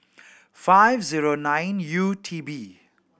five zero nine U T B